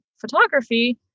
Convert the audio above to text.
photography